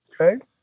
Okay